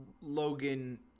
logan